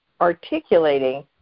articulating